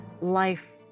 life